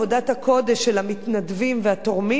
אל מול עבודת הקודש של המתנדבים והתורמים.